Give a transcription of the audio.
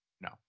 no